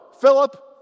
Philip